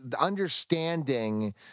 understanding